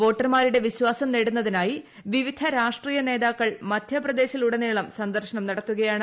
വോട്ടർമാരുടെ വിശ്വാസം നേടുന്നതിനായി വിവിധ രാഷ്ട്രീയ നേതാക്കൾ മധ്യപ്രദേശിൽ ഉടനീളം സന്ദർശനം നടത്തുകയാണ്